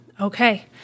okay